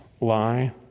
lie